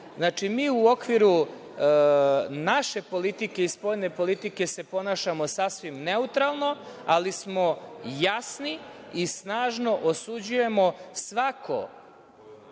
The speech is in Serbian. mi u okviru naše politike i spoljne politike se ponašamo sasvim neutralno, ali smo jasni i snažno osuđujemo svako